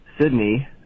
Sydney